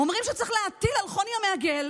אומרים שצריך להטיל על חוני המעגל